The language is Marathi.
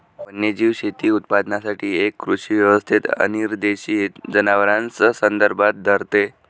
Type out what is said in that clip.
वन्यजीव शेती उत्पादनासाठी एक कृषी व्यवस्थेत अनिर्देशित जनावरांस संदर्भात धरते